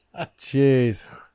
Jeez